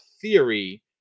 theory